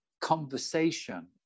conversation